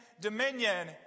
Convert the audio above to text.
dominion